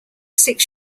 six